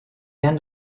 end